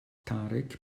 tarek